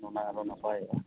ᱚᱱᱟ ᱟᱨᱚ ᱱᱟᱯᱟᱭᱚᱜᱼᱟ